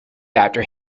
after